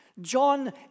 John